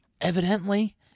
Evidently